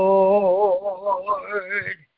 Lord